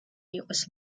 იყოს